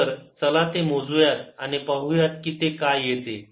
तर चला ते मोजू यात आणि पाहुया कि ते काय येते